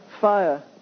fire